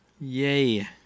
Yay